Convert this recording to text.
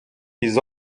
ils